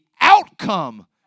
outcome